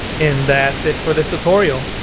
and that's it for this tutorial.